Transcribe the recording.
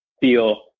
feel